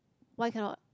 why cannot